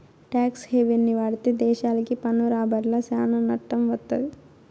talks హెవెన్ని వాడితే దేశాలకి పన్ను రాబడ్ల సానా నట్టం వత్తది